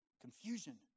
confusion